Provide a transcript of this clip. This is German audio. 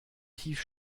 tief